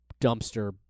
dumpster